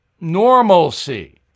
normalcy